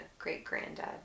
great-granddad